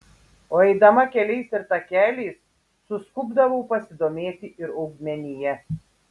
o eidama keliais ir takeliais suskubdavau pasidomėti ir augmenija